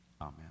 Amen